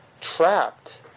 trapped